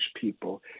people